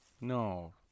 no